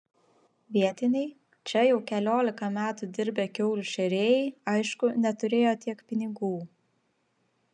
vietiniai čia jau keliolika metų dirbę kiaulių šėrėjai aišku neturėjo tiek pinigų